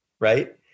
right